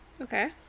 Okay